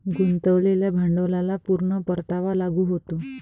गुंतवलेल्या भांडवलाला पूर्ण परतावा लागू होतो